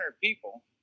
people